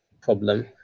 problem